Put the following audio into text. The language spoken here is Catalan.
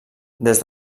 des